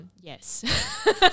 yes